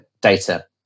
data